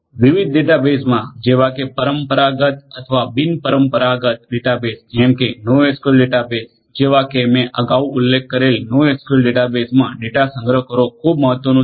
વિવિધ ડેટાબેઝસમાં જેવા કે પરંપરાગત અથવા બિન પરંપરાગત ડેટાબેઝ જેમ કે નોએસક્યુએલ ડેટાબેસેસ જેવા કે મેં અગાઉ ઉલ્લેખ કરેલ નોએસક્યુએલ ડેટાબેસેસમાં ડેટા સંગ્રહ કરવો ખૂબ મહત્વનું છે